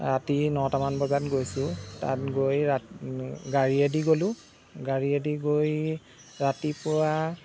ৰাতি নটামান বজাত গৈছোঁ তাত গৈ গাড়ীয়েদি গ'লোঁ গাড়ীয়েদি গৈ ৰাতিপুৱা